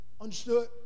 Understood